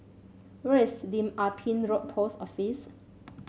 where is Lim Ah Pin Road Post Office